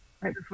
Right